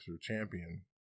champion